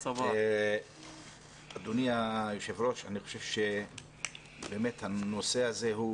אדוני היושב-ראש, הנושא הזה הוא